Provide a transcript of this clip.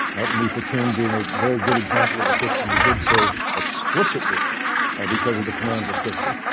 martin luther king being a very good example of a christian who did so explicitly because of the commands of scripture.